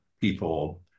people